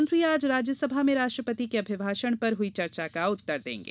प्रधानमंत्री आज राज्यसभा में राष्ट्रपति के अभिभाषण पर हुई चर्चा का उत्तर देंगे